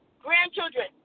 Grandchildren